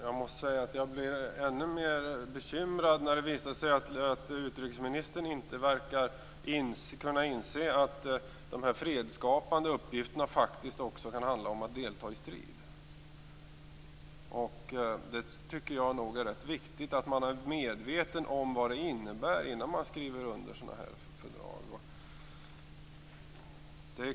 Herr talman! Jag blir ännu mer bekymrad när det visar sig att utrikesministern inte verkar kunna inse att de här fredsskapande uppgifterna också kan handla om att delta i strid. Jag tycker att det är rätt viktigt att man är medveten om vad det innebär innan man skriver under sådana här fördrag.